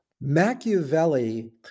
Machiavelli